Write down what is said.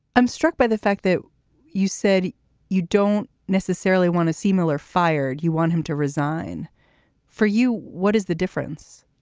i'm struck by the fact that you said you don't necessarily want to see miller fired. you want him to resign for you. what is the difference?